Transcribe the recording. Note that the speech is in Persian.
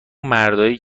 مردایی